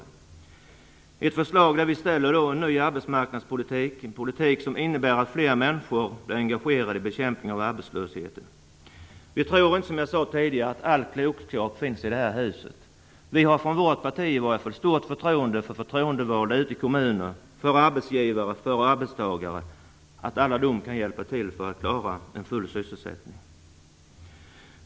Det är ett förslag där vi ställer upp en ny arbetsmarknadspolitik, en politik som innebär att fler människor blir engagerade i bekämpningen av arbetslösheten. Vi tror, som jag sade tidigare, inte att all klokskap finns i det här huset. Vi har, i vårt parti i varje fall, stort förtroende för förtroendevalda ute i kommuner, för arbetsgivare och för arbetstagare, och för att de alla kan hjälpa till för att klara en full sysselsättning.